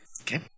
okay